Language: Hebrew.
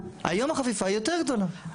היום החפיפה יותר גדולה.